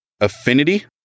Affinity